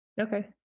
Okay